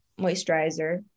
moisturizer